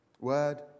Word